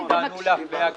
הם טענו לאפליה גילאית.